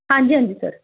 ਹਾਂਜੀ ਹਾਂਜੀ ਸਰ